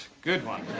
good one.